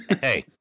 hey